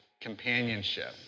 companionship